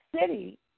city